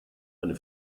eine